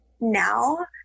now